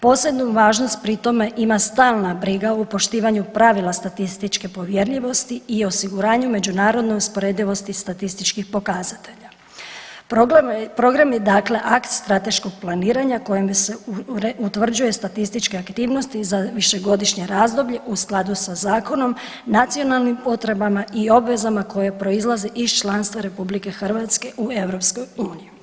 Posebnu važnost pri tome ima stalna briga o poštivanju pravila statističke povjerljivosti i osiguranju međunarodne usporedivosti statističkih pokazatelja, programi dakle akti strateškog planiranja kojim bi se utvrđuje statističke aktivnosti za višegodišnje razdoblje u skladu sa zakonom, nacionalnim potrebama i obvezama koje proizlaze iz članstva RH u EU.